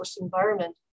environment